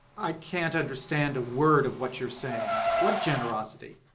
i can't understand a word of what you are saying. what generosity?